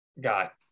got